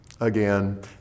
again